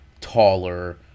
taller